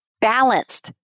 balanced